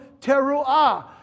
Teruah